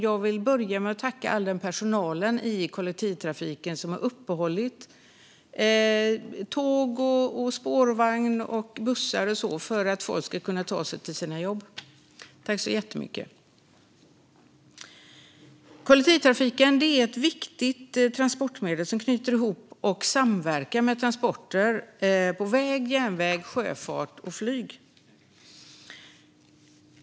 Jag vill börja med att tacka all den personal inom kollektivtrafiken som har uppehållit trafiken med tåg, spårvagn, bussar och så vidare för att folk ska kunna ta sig till sina jobb. Tack så jättemycket! Kollektivtrafiken är ett viktigt transportmedel som knyter ihop och samverkar med transporter på väg och järnväg samt med sjöfart och flyg.